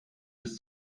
bis